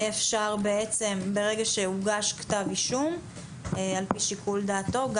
יהיה אפשר ברגע שהוגש כתב אישום על פי שיקול דעתו,